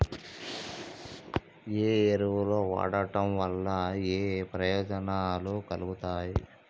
ఏ ఎరువులు వాడటం వల్ల ఏయే ప్రయోజనాలు కలుగుతయి?